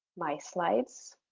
my slides.